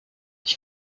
ich